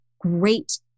great